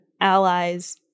allies